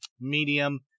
medium